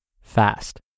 fast